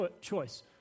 choice